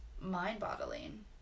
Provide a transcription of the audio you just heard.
mind-boggling